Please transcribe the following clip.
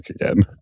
again